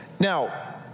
Now